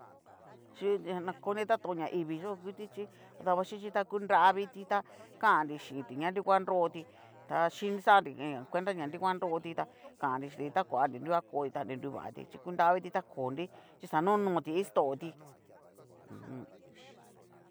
Yu'u nakoni tantón ñaivii nguti chí, davaxhichi ta ku nravitita kannri chinti ña nunguan nroti ta xhini kanri cuenta ña nrunguan nrotita kannri xhínti ta kuanri nunguan koti tá ni nruvatí xhí kunraviti ta konri chí xa nonoti istoti m jum.